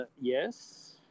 Yes